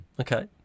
Okay